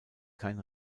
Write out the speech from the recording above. kein